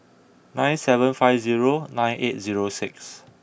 nine seven five zero nine eight zero six